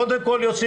קודם כל יוצא